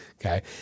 Okay